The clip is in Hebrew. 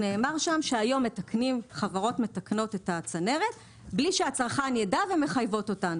נאמר שם שהיום חברות מתקנות את הצנרת בלי שהצרכן ידע ומחייבות אותו.